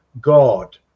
god